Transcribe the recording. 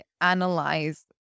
analyze